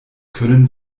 können